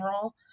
role